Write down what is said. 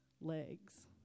legs